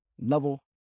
level